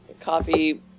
Coffee